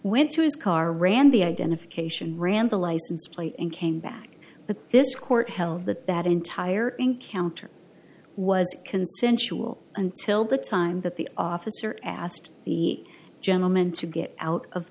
went to his car ran the identification ran the license plate and came back but this court held that that entire encounter was consensual until the time that the officer asked the gentleman to get out of